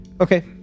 Okay